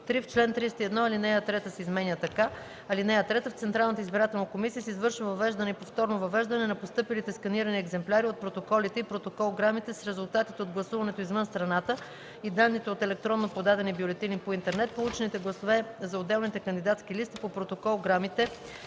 3. В чл. 301, ал. 3 се изменя така: „(3) В Централната избирателна комисия се извършва въвеждане и повторно въвеждане на постъпилите сканирани екземпляри от протоколите и протокол-грамите с резултатите от гласуването извън страната и данните от електронно подадени бюлетини по интернет. Получените гласове за отделните кандидатски листи по протокол-грамите